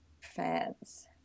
fans